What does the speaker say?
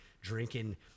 drinking